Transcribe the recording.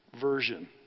version